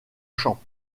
chant